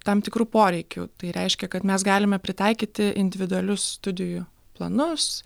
tam tikrų poreikių tai reiškia kad mes galime pritaikyti individualius studijų planus